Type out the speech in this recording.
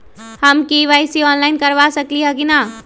हम KYC online करवा सकली ह कि न?